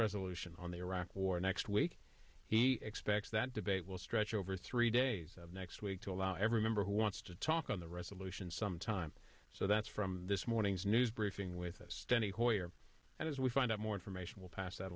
resolution on the iraq war next week he expects that debate will stretch over three days of next week to allow every member who wants to talk on the resolution sometime so that's from this morning's news briefing with us anywhere and as we find out more information we'll pass